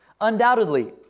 Undoubtedly